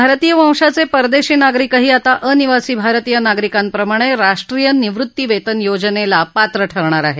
भारतीय वंशाचे परदेशी नागरिकही आता अनिवासी भारतीय नागरिकांप्रमाणे राष्ट्रीय निवृत्तीवेतन योजनेला पात्र ठरणार आहेत